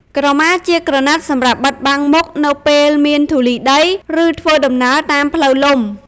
ក្រមាជាក្រណាត់សម្រាប់បិទបាំងមុខ នៅពេលមានធូលីដី ឬធ្វើដំណើរតាមផ្លូវលំ។